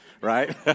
right